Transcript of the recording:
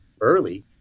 early